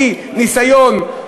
בלי ניסיון,